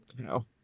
No